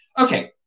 Okay